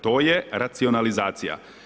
To je racionalizacija.